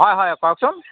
হয় হয় কওকচোন